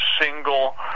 single